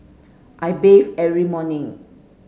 I bathe every morning